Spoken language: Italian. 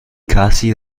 casi